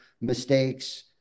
mistakes